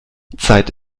zeit